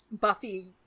Buffy